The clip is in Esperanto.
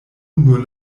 nur